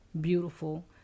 beautiful